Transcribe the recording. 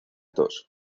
tos